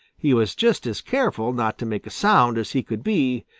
he was just as careful not to make a sound as he could be,